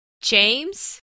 James